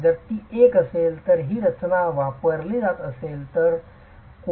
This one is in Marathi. जर ती एक असेल तर जर ही रचना वापरली जात असेल